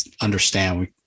understand